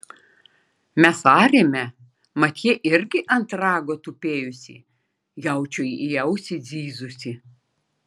mes arėme mat ji irgi ant rago tupėjusi jaučiui į ausį zyzusi